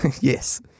Yes